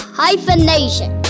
hyphenation